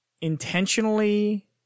intentionally